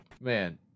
Man